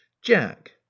jack